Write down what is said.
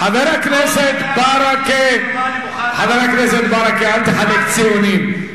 חבר הכנסת ברכה, אל תחלק ציונים.